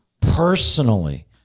personally